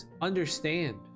understand